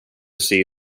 see